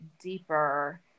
deeper